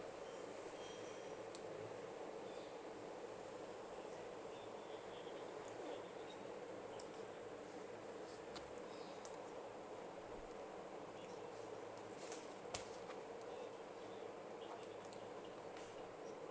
yeah likewise